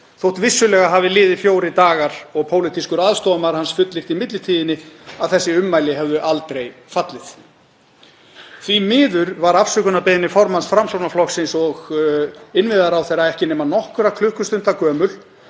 þótt vissulega hafi liðið fjórir dagar og pólitískur aðstoðarmaður hans hafi fullyrt í millitíðinni að umrædd ummæli hefðu aldrei fallið. Því miður var afsökunarbeiðni formanns Framsóknarflokksins og innviðaráðherra ekki nema nokkurra klukkustunda gömul